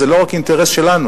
זה לא רק אינטרס שלנו,